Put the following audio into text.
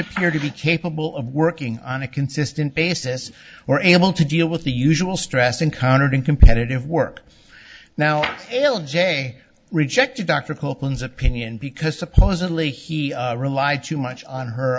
appear to be capable of working on a consistent basis were able to deal with the usual stress encountered in competitive work now l j rejected dr copeland's opinion because supposedly he relied too much on her